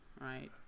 right